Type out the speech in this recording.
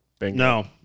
No